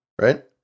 right